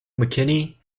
mckinney